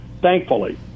thankfully